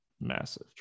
massive